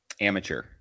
amateur